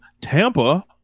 Tampa